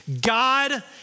God